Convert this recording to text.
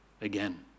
Again